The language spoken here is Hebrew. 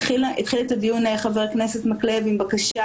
התחיל את הדיון חבר הכנסת מקלב עם בקשה